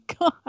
God